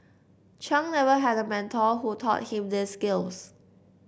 Chung never had a mentor who taught him these skills